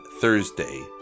Thursday